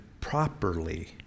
properly